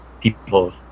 people